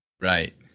right